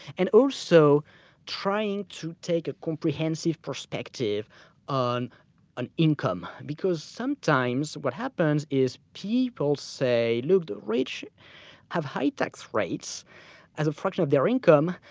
and also trying to take a comprehensive perspective on an income, because sometimes what happens is people say, look, the rich have high tax rates as a fraction of their income,